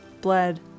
bled